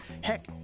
heck